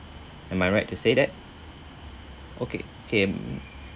am I right to say that okay okay